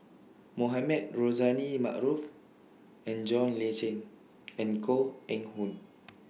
Mohamed Rozani Maarof and John Le Cain and Koh Eng Hoon